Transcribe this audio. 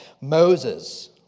Moses